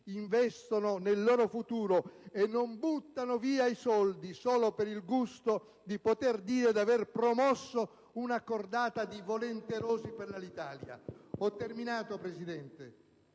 investono nel loro futuro e non buttano via i soldi solo per il gusto di poter dire d'aver promosso una cordata di volenterosi per l'Alitalia. La sua più grande